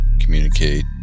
communicate